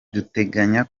duteganya